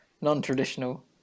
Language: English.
non-traditional